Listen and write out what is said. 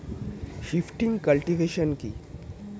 Shifting cultivation কি?